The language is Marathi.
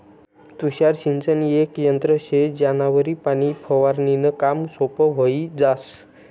तुषार सिंचन येक यंत्र शे ज्यानावरी पाणी फवारनीनं काम सोपं व्हयी जास